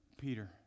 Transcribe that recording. Peter